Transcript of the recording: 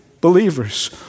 believers